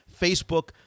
Facebook